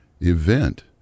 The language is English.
event